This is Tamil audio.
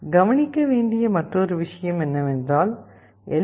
கவனிக்க வேண்டிய மற்றொரு விஷயம் என்னவென்றால் எல்